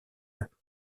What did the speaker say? eux